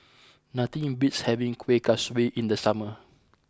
nothing beats having Kueh Kaswi in the summer